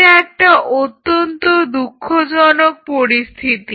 এটা একটা অত্যন্ত দুঃখজনক পরিস্থিতি